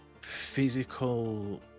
physical